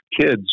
kids